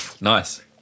nice